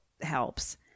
helps